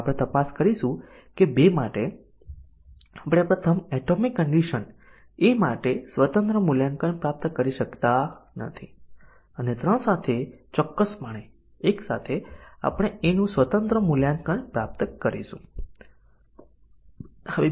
હવે આ એક બીજું ઉદાહરણ છે અહીં આપણી પાસે 5 એટોમિક કન્ડિશન ઓ છે અને જો આપણે અહીં શોર્ટ સર્કિટ મૂલ્યાંકન સાથે લખીશું તો આપણે શોર્ટ સર્કિટ મૂલ્યાંકનોને ડેશ તરીકે લખ્યા છે